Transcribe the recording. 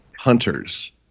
hunters